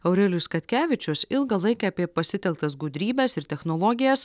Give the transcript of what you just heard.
aurelijus katkevičius ilgą laiką apie pasitelktas gudrybes ir technologijas